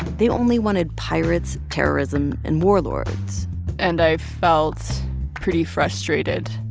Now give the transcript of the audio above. they only wanted pirates, terrorism and warlords and i felt pretty frustrated.